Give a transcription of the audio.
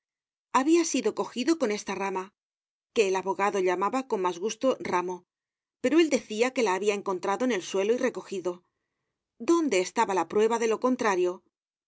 habia sido cogido con esta rama que el abogado llamaba con mas gusto ramo pero él decia que la habia encontrado en el suelo y recogido dónde estaba la prueba de lo contrario